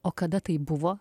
o kada tai buvo